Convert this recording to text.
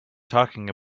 talking